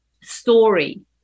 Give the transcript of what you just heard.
story